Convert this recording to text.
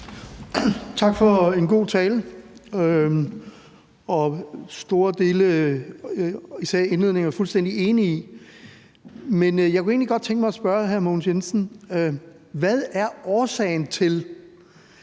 Tak for en god tale, og store dele af den, især indledningen, er jeg fuldstændig enig i. Men jeg kunne egentlig godt tænke mig at spørge hr. Mogens Jensen: Hvad er årsagen til,